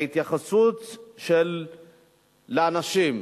ההתייחסות לאנשים,